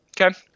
okay